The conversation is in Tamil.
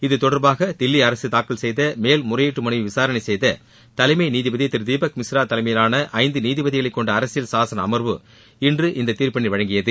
இதுதொடர்பாக தில்லி அரசு தாக்கல் செய்த மேல்முறையீட்டு மனுவை விசாரணை செய்த தலைமை நீதிபதி திரு தீபக் மிஸ்ரா தலைமையிலான ஐந்து நீதிபதிகளைச்கொண்ட அரசியல் சாசன அமர்வு இன்று இந்த தீர்ப்பினை வழங்கியது